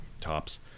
tops